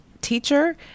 teacher